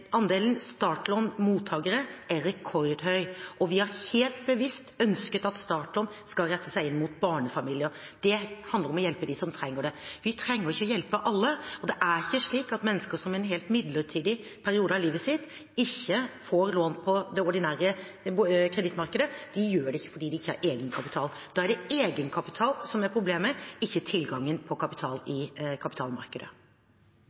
Andelen startlånsmottakere er rekordhøy, og vi har helt bevisst ønsket at startlån skal rette seg inn mot barnefamilier. Det handler om å hjelpe dem som trenger det. Vi trenger ikke å hjelpe alle. Og når mennesker i en helt midlertid periode av livet sitt ikke får lån på det ordinære kredittmarkedet, så er det fordi de ikke har egenkapital. Da er det egenkapital som er problemet, ikke tilgangen på kapital